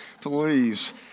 please